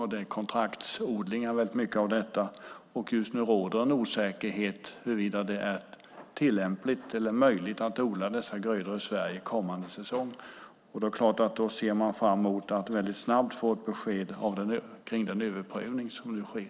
Väldigt mycket av detta är kontraktsodlingar, och just nu råder en osäkerhet huruvida det är tillämpligt eller möjligt att odla dessa grödor i Sverige under kommande säsong. Då är det klart att man ser fram emot att väldigt snabbt få ett besked om den överprövning som nu sker.